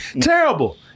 Terrible